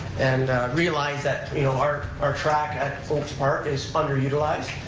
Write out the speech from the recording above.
and realized that you know our our track at oakes park is underutilized,